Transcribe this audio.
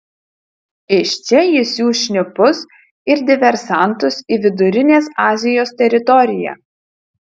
iš čia jis siųs šnipus ir diversantus į vidurinės azijos teritoriją